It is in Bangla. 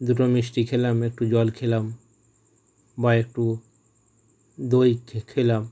দুটো মিষ্টি খেলাম একটু জল খেলাম বা একটু দই খে খেলাম